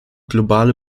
globale